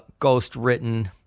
ghostwritten